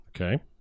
Okay